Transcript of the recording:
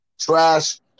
trash